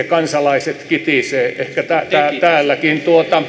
kansalaiset kitisee ehkä täälläkin